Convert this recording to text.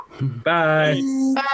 Bye